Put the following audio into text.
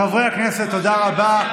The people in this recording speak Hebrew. חברי הכנסת, תודה רבה.